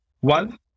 One